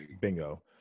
bingo